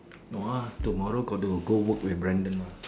no ah tomorrow got to go work with Brandon mah